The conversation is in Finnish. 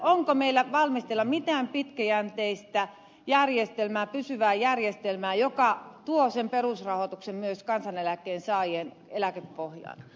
onko meillä valmisteilla mitään pitkäjänteistä järjestelmää pysyvää järjestelmää joka tuo sen perusrahoituksen myös kansaneläkkeensaajien eläkepohjaan